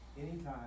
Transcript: anytime